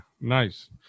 Nice